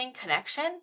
connection